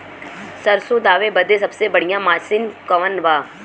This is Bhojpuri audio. सरसों दावे बदे सबसे बढ़ियां मसिन कवन बा?